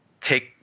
take